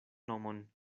nomon